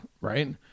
right